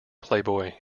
playboy